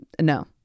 No